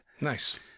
Nice